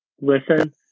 listen